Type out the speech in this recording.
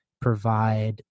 provide